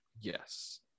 yes